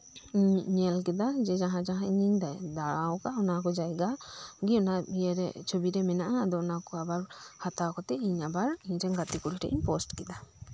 ᱤᱧ ᱧᱮᱞ ᱠᱮᱫᱟ ᱡᱟᱸᱦᱟ ᱡᱟᱸᱦᱟ ᱤᱧᱤᱧ ᱫᱟᱬᱟ ᱟᱠᱟᱫ ᱚᱱᱟᱠᱚ ᱡᱟᱭᱜᱟ ᱜᱮ ᱪᱷᱚᱵᱤᱨᱮ ᱢᱮᱱᱟᱜᱼᱟ ᱚᱱᱟ ᱦᱟᱛᱟᱣ ᱠᱟᱛᱮᱜ ᱤᱧ ᱟᱵᱟᱨ ᱜᱟᱛᱮ ᱠᱚ ᱴᱷᱮᱱ ᱤᱧ ᱯᱳᱥᱴ ᱠᱮᱫᱟ